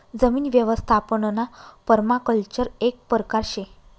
जमीन यवस्थापनना पर्माकल्चर एक परकार शे